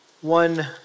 one